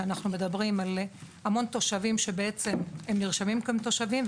כשאנחנו מדברים על המון תושבים שבעצם נרשמים כתושבים,